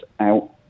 out